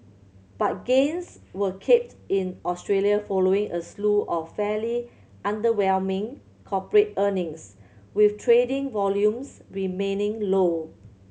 but gains were capped in Australia following a slew of fairly underwhelming corporate earnings with trading volumes remaining low